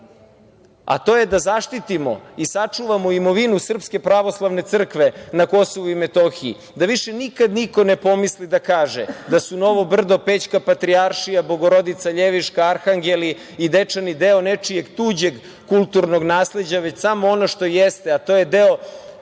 a to je da zaštitimo i sačuvamo imovinu Srpske pravoslavne crkve na Kosovu i Metohiji, da više nikad niko ne pomisli da kaže da su Novo Brdo, Pećka patrijaršija, Bogorodica Ljeviška, Arhangeli i Dečani deo nečijeg tuđeg kulturnog nasleđa, već samo ono što jeste, a to je deo